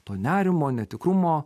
to nerimo netikrumo